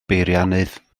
beiriannydd